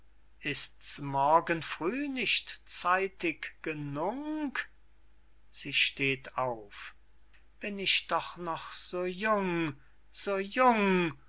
ist's morgen früh nicht zeitig genung sie steht auf bin ich doch noch so jung so jung